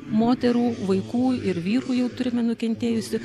moterų vaikų ir vyrų jau turime nukentėjusių